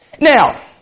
Now